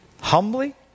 humbly